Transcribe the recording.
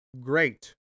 great